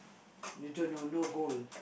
you don't know no goal